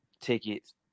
tickets